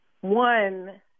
one